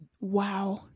wow